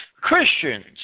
Christians